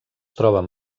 troben